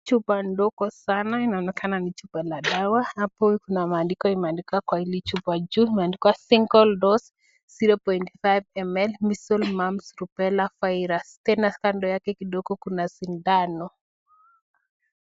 Chupa ndongo sana inaonekana ni chupa la dawa. Hapo kuna maandiko imeandikwa kwa hili chupa juu imeandikwa single doze 0.5ml measles mumps rubella virus tena kando yake kidogo kuna shindano.